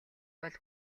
бол